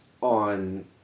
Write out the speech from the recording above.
on